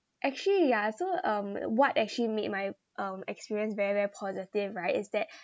actually ya so um what actually made my um experience very very positive right is that